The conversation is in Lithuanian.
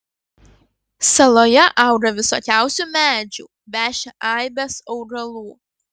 saloje auga visokiausių medžių veši aibės augalų